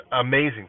amazing